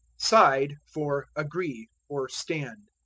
side for agree, or stand.